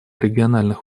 региональных